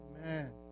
man